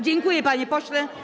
Dziękuję, panie pośle.